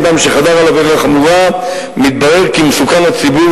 אדם שחזר על עבירה חמורה מתברר כמסוכן לציבור,